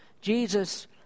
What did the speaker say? Jesus